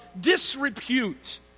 disrepute